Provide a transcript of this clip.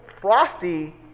Frosty